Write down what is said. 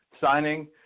signing